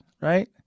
right